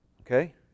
Okay